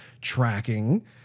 tracking